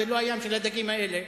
זה לא הים של הדגים האלה,